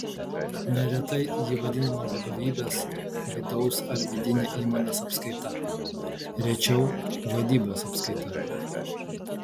neretai ji vadinama vadovybės vidaus ar vidine įmonės apskaita rečiau vadybos apskaita